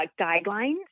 Guidelines